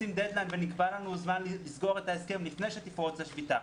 ונקבע לנו זמן לסגור את ההסכם לפני שתפרוץ השביתה,